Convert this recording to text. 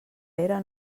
pere